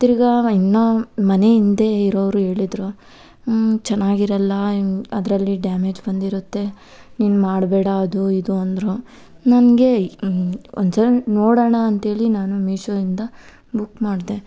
ತಿರ್ಗ ಇನ್ನು ಮನೆ ಹಿಂದೆ ಇರೋರು ಹೇಳಿದ್ರು ಚೆನ್ನಾಗಿರಲ್ಲ ಅದರಲ್ಲಿ ಡ್ಯಾಮೇಜ್ ಬಂದಿರುತ್ತೆ ನೀನು ಮಾಡಬೇಡ ಅದು ಇದು ಅಂದರು ನನಗೆ ಒಂದ್ಸಲ ನೋಡೋಣ ಅಂತ ಹೇಳಿ ನಾನು ಮೀಶೋಯಿಂದ ಬುಕ್ ಮಾಡಿದೆ